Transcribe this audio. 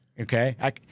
Okay